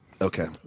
Okay